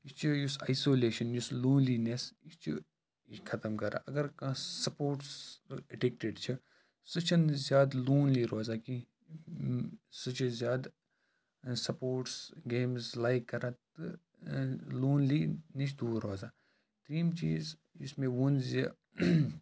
یہِ چھِ یُس اَیسولیشَن یُس لونلیٖنٮ۪س یہِ چھُ یہِ ختم کَران اگر کانٛہہ سپوٹٕس ایٚڈِکٹِڈ چھِ سُہ چھِنہٕ زیادٕ لونلی روزان کینٛہہ سُہ چھِ زیادٕ سَپوٹٕس گیمٕز لایِک کَران تہٕ لونلی نِش دوٗر روزان ترٛیٚیِم چیٖز یُس مےٚ ووٚن زِ